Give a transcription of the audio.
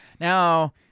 Now